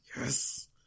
Yes